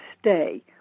stay